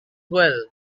well